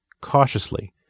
cautiously